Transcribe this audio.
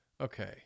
okay